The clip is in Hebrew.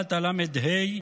בשיירת הל"ה,